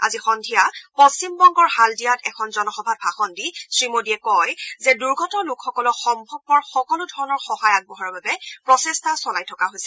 আজি সন্ধিয়া পশ্চিমবংগৰ হালডিয়াত এখন জনসভাত ভাষণ দি শ্ৰীমোদীয়ে কয় যে দুৰদৰ্শগ্ৰস্ত লোকসকলক সম্ভৱপৰ সকলোধৰণৰ সহায় আগবঢ়োৱাৰ বাবে প্ৰচেষ্টা চলাই থকা হৈছে